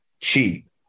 cheap